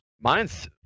mine's